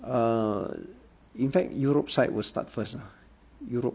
uh in fact europe side will start first ah europe